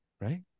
right